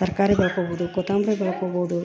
ತರಕಾರಿ ಬೆಳ್ಕೋಬೋದು ಕೊತ್ತಂಬ್ರಿ ಬೆಳ್ಕೋಬೋದು